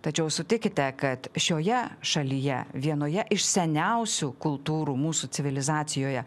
tačiau sutikite kad šioje šalyje vienoje iš seniausių kultūrų mūsų civilizacijoje